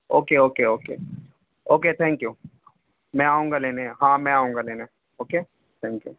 okay okay okay okay thank you میں آؤں گا لینے ہاں میں آؤں گا لینے اوکے تھینک یو